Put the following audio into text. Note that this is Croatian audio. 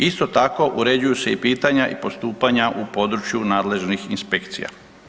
Isto tako uređuju se i pitanja i postupanja u području nadležnih inspekcija.